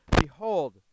behold